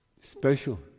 special